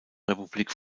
republik